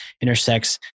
intersects